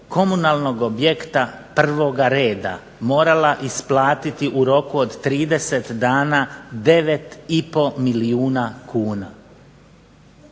komunalnog objekta prvoga reda, morala isplatiti u roku od 30 dana 9,5 milijuna kuna.